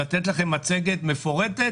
לתת לכם מצגת מפורטת